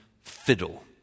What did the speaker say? fiddle